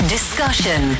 Discussion